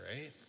right